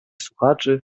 słuchaczy